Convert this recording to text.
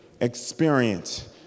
experience